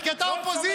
ראיתי דבר כזה.